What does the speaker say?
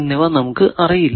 എന്നിവ നമുക്ക് അറിയില്ല